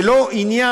זה לא עניין,